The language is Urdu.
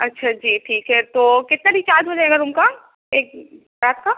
اچھا جی ٹھیک ہے تو کتنا چارج ہو جائے گا روم کا ایک رات کا